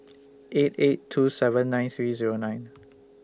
eight eight two seven nine three Zero nine